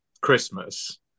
Christmas